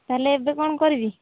ତା'ହେଲେ ଏବେ କ'ଣ କରିବି